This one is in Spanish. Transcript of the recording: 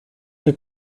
que